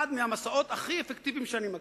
אחד מהמסעות הכי אפקטיביים שאני מכיר.